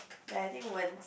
ya I think one